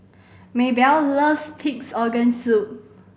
Maebell loves Pig's Organ Soup